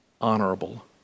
honorable